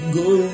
go